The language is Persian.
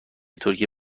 ترکیه